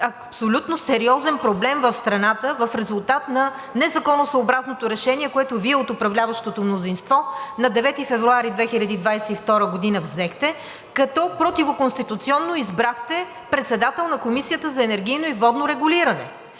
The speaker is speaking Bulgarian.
абсолютно сериозен проблем в страната в резултат на незаконосъобразното решение, което Вие от управляващото мнозинство на 9 февруари 2022 г. взехте, като противоконституционно избрахте председател на Комисията за енергийно и водно регулиране.